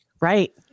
Right